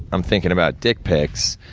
i'm thinking about dick pics,